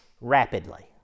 rapidly